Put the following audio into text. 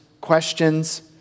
questions